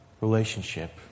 relationship